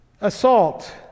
Assault